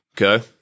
Okay